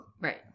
Right